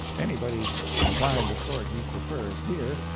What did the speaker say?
anybody can find the sort he prefers, here,